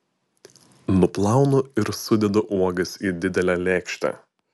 nuplaunu ir sudedu uogas į didelę lėkštę